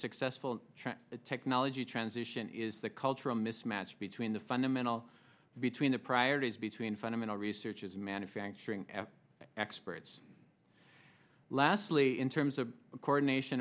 successful technology transition is the cultural mismatch between the fundamental between the priorities between fundamental research is manufacturing experts lastly in terms of record nation